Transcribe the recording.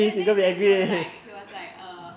then then then he was like he was like err